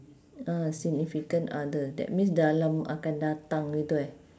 ah significant other that means dalam akan datang itu eh